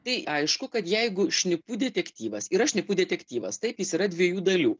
tai aišku kad jeigu šnipų detektyvas yra šnipų detektyvas taip jis yra dviejų dalių